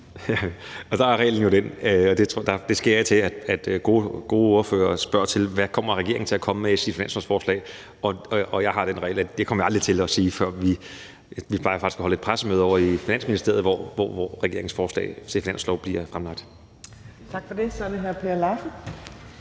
(Magnus Heunicke): Det sker af og til, at gode ordførere spørger til, hvad regeringen kommer til at komme med i sit finanslovsforslag, og jeg har den regel, at det kommer jeg aldrig til at sige før. Vi plejer faktisk at holde et pressemøde ovre i Finansministeriet, hvor regeringens forslag til finanslov bliver fremlagt. Kl. 11:58 Tredje næstformand